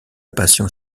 passion